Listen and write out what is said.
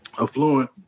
affluent